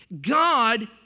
God